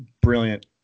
Brilliant